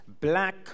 Black